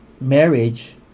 marriage